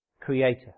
creator